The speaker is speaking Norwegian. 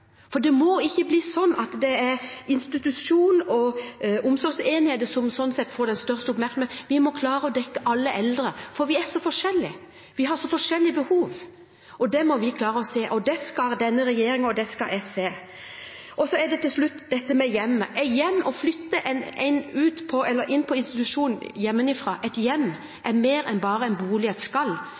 for det må ikke bli sånn at det er institusjoner og omsorgsenheter som sånn sett får den største oppmerksomheten. Vi må klare å dekke alle eldre. Vi er så forskjellige, og vi har så forskjellige behov. Det må vi klare å se, og det skal denne regjeringen og jeg se. Så til slutt dette med hjemmet – å flytte noen inn på institusjon og hjemmefra: Et hjem er mer enn bare en bolig og et